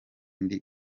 ndi